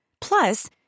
Plus